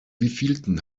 wievielten